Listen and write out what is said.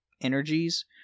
Energies